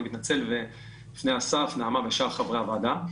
אני מתנצל בפני אסף, נעמה ושאר חברי הוועדה.